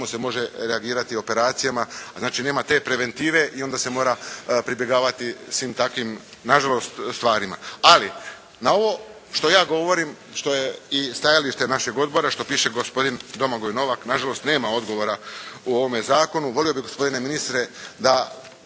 se može reagirati operacijama. Znači nema te preventive i onda se mora pribjegavati svim takvim nažalost stvarima. Ali, na ovo što ja govorim, što je i stajalište našeg Odbora, što piše gospodin Domagoj Novak nažalost nema odgovora u ovome Zakonu. Volio bih gospodine ministre da